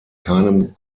keinem